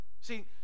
See